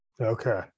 Okay